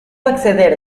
acceder